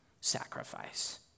sacrifice